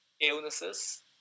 illnesses